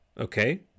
okay